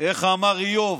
איך אמר איוב,